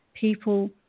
people